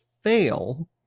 fail